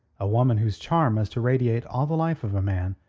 a woman whose charm must irradiate all the life of a man,